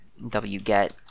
wget